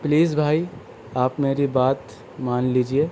please بھائی آپ میری بات مان لیجیے